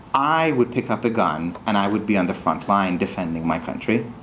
i would pick up a gun, and i would be on the frontline defending my country.